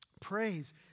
Praise